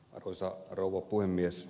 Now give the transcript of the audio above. arvoisa rouva puhemies